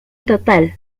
total